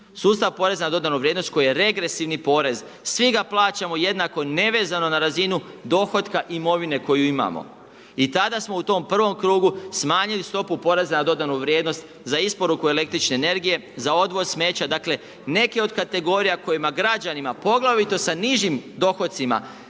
Sustav poreza na dodanu vrijednost koji je regresivni porez, svi ga plaćamo jednako nevezano na razinu dohotka imovine koju imamo i tada smo u tom prvom krugu smanjili stopu poreza na dodanu vrijednost za isporuku električne energije, za odvoz smeća, dakle neke od kategorija kojima građanima poglavito sa nižim dohocima